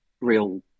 real